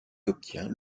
obtient